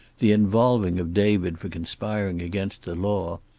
the involving of david for conspiring against the law.